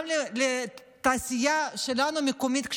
גם לתעשייה המקומית שלנו,